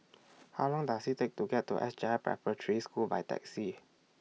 How Long Does IT Take to get to S J I Preparatory School By Taxi